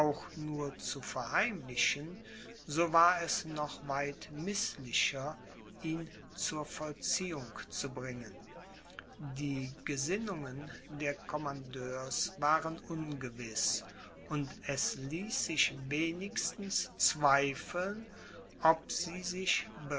nur zu verheimlichen so war es noch weit mißlicher ihn zur vollziehung zu bringen die gesinnungen der commandeurs waren ungewiß und es ließ sich wenigstens zweifeln ob sie sich